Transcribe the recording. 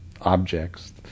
objects